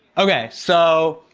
okay so,